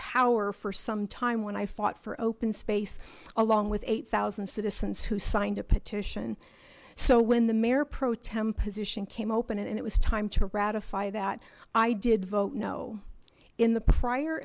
power for some time when i fought for open space along with eight thousand citizens who signed a petition so when the mayor pro tem position came open and it was time to ratify that i did vote no in the prior